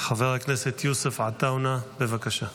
חבר הכנסת יוסף עטאונה, בבקשה.